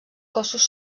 cossos